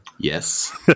yes